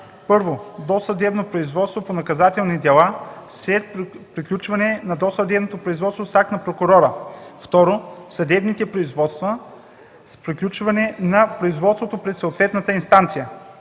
за: 1. досъдебно производство по наказателни дела – след приключване на досъдебното производство с акт на прокурора; 2. съдебните производства – с приключване на производството пред съответната инстанция.